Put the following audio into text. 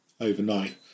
overnight